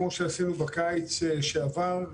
כמו שעשינו בקיץ שעבר,